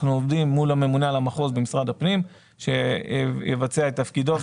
אנחנו עובדים מול הממונה על המחוז במשרד הפנים שיבצע את תפקידו.